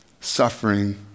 suffering